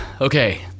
Okay